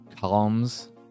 columns